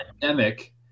pandemic